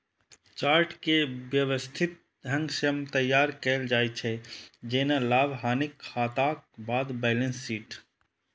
chart कें व्यवस्थित ढंग सं तैयार कैल जाइ छै, जेना लाभ, हानिक खाताक बाद बैलेंस शीट